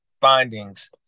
findings